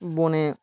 বনে